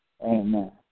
Amen